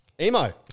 Emo